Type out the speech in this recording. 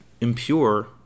impure